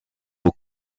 aux